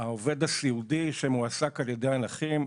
העובד הסיעודי שמועסק על ידי הנכים,